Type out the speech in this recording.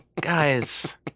Guys